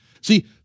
See